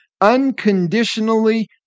unconditionally